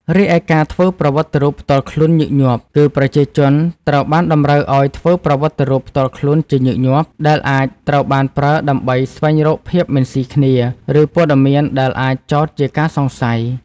រីឯការធ្វើប្រវត្តិរូបផ្ទាល់ខ្លួនញឹកញាប់គឺ ប្រជាជនត្រូវបានតម្រូវឱ្យធ្វើប្រវត្តិរូបផ្ទាល់ខ្លួនជាញឹកញាប់ ដែលអាចត្រូវបានប្រើដើម្បីស្វែងរកភាពមិនស៊ីគ្នា ឬព័ត៌មានដែលអាចចោទជាការសង្ស័យ។